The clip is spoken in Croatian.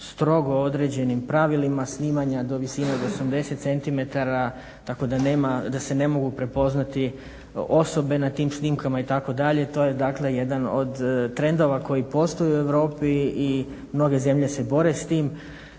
strog određenim pravilima snimanja do visine od 80 cm. Tako da nema, da se ne mogu prepoznati osobe na tim snimkama, itd. To je dakle jedan od trendova koji postoji u Europi i mnoge zemlje se bore s tim.